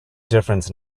difference